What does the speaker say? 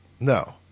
No